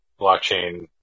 blockchain